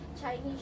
Chinese